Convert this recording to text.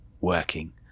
working